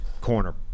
corner